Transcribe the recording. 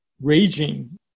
raging